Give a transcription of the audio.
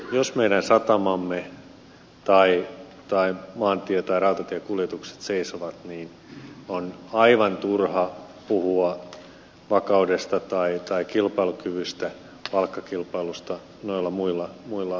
jos meidän satamamme tai maantie tai rautatiekuljetukset seisovat on aivan turha puhua vakaudesta tai kilpailukyvystä palkkakilpailusta noilla muilla aloilla